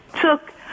took